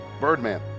Birdman